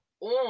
on